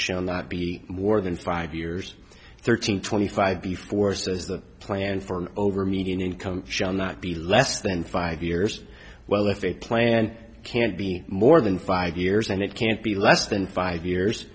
shall not be more than five years thirteen twenty five before says the plan for an over median income shall not be less than five years well if it planned can't be more than five years and it can't be less than five years